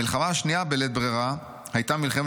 "מלחמה שנייה בדלית ברירה הייתה מלחמת